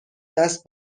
دست